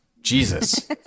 Jesus